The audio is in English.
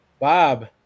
Bob